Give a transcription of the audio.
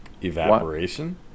evaporation